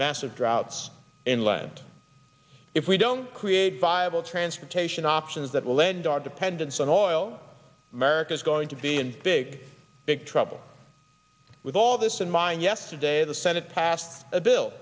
massive droughts inland if we don't create five all transportation options that will end our dependence on oil america is going to be in big big trouble with all this in mind yesterday the senate passed a bill